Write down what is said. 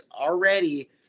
already